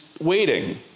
waiting